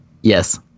Yes